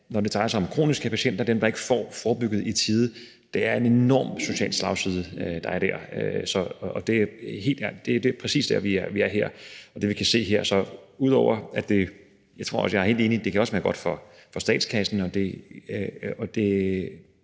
når det drejer sig om kroniske patienter, altså dem, der ikke får forebygget i tide, så er der en enorm social slagside, og det er præcis der, vi er, og det er det, vi kan se her. Og jeg er helt enig: Det kan også være godt for statskassen. Og det